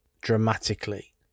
dramatically